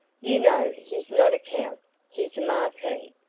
you know he's not a count he's a marquis.